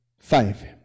Five